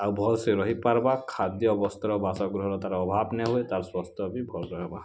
ଆଉ ଭଲ୍ସେ ରହିପାର୍ବା ଖାଦ୍ୟ ବସ୍ତ୍ର ବାସ ଗୃହର୍ ତା'ର୍ ଅଭାବ୍ ନାଇଁ ହୁଏ ତା'ର୍ ସ୍ଵାସ୍ଥ୍ୟ ବି ଭଲ୍ ରହିବା